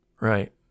Right